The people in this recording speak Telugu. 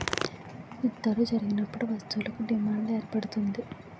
యుద్ధాలు జరిగినప్పుడు వస్తువులకు డిమాండ్ ఏర్పడుతుంది